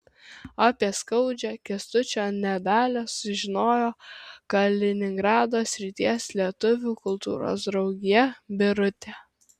apie skaudžią kęstučio nedalią sužinojo kaliningrado srities lietuvių kultūros draugija birutė